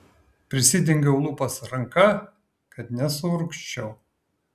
prisidengiau lūpas ranka kad nesuurgzčiau